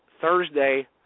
Thursday